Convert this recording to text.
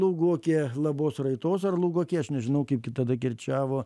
lūgokie labos raitos ar lūgokie aš nežinau kaip ki tada kirčiavo